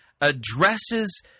addresses